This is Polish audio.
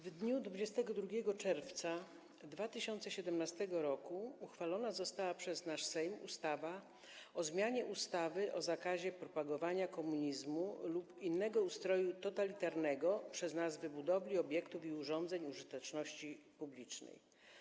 W dniu 22 czerwca 2017 r. uchwalona została przez Sejm ustawa o zmianie ustawy o zakazie propagowania komunizmu lub innego ustroju totalitarnego przez nazwy budowli, obiektów i urządzeń użyteczności publicznej.